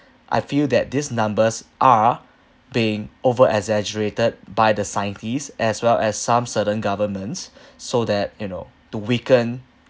I feel that these numbers are being overexaggerated by the scientists as well as some certain governments so that you know to weaken